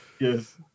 Yes